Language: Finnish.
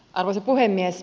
arvoisa puhemies